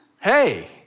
Hey